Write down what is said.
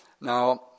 Now